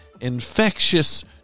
infectious